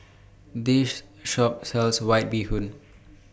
This Shop sells White Bee Hoon